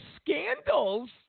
scandals